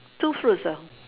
two fruits ah